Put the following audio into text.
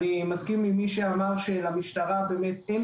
אני מסכים עם מי שאמר שלמשטרה אין